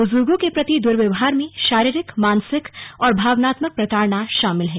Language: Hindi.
बुजुर्गो के प्रति दुर्व्यवहार में शारीरिक मानसिक और भावनात्मक प्रताड़ना शामिल है